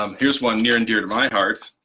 um here's one near and dear to my heart,